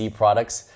products